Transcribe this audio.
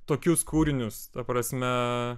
tokius kūrinius ta prasme